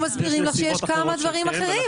התייחסות רק לסעיף הזה.